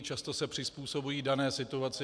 Často se přizpůsobují dané situaci.